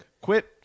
Quit